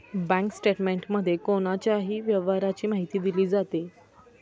bank स्टेटमेंटमध्ये कोणाच्याही व्यवहाराची माहिती दिली जाते